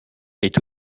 est